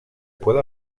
pueda